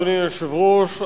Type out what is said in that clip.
אדוני היושב-ראש,